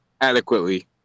adequately